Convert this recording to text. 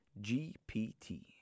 GPT